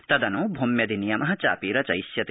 तदन् भूम्यधिनियम चापि रचिष्यते